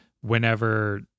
whenever